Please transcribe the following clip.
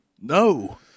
No